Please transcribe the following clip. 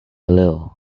little